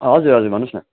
हजुर हजुर भन्नुहोस् न